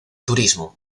turismo